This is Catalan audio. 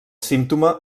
símptoma